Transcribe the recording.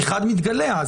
אחד מדגליה,